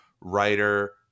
writer